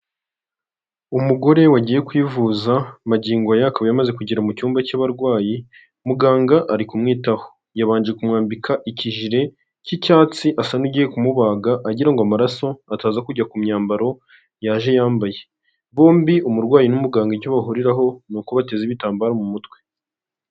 Umugore wagiye kwivuza magingo aya akaba yamaze kugera mu cyumba cy'abarwayi, muganga ari kumwitaho, yabanje kumwambika ikijire k'icyatsi asa n'ugiye kumubaga agira ngo amaraso ataza kujya ku myambaro yaje yambaye, bombi umurwayi n'umuganga icyo bahuriraho ni uko bateza ibitambaro mu mutwe.